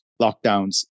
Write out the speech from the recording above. lockdowns